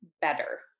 better